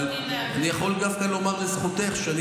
אבל אני יכול דווקא לומר לזכותך שאני